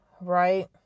right